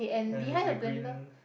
there is a green